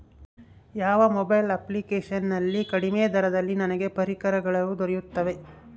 ಯಾವ mobile application ನಲ್ಲಿ ಕಡಿಮೆ ದರದಲ್ಲಿ ನನಗೆ ಪರಿಕರಗಳು ದೊರೆಯುತ್ತವೆ?